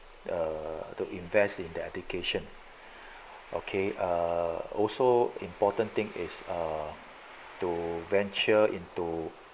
err to invest in the education okay uh are also important thing is err to venture into